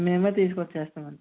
మేమే తీసుకుని వచేస్తాము అండి